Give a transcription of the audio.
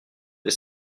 des